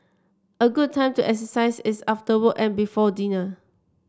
a good time to exercise is after work and before dinner